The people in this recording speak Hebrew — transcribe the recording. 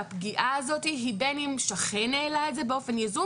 והפגיעה הזאת היא בין אם שכן העלה את זה באופן יזום